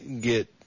get